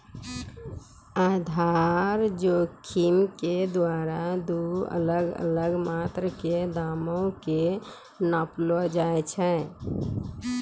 आधार जोखिम के द्वारा दु अलग अलग मात्रा के दामो के नापलो जाय छै